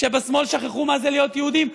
שבשמאל שכחו מה זה להיות יהודים.